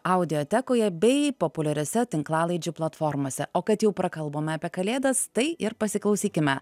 audiotekoje bei populiariose tinklalaidžių platformose o kad jau prakalbome apie kalėdas tai ir pasiklausykime